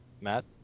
Matt